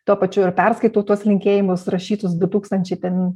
tuo pačiu ir perskaitau tuos linkėjimus rašytus du tūkstančiai ten